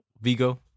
Vigo